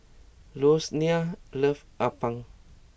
Rosanne loves Appam